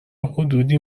حدودی